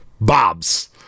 Bobs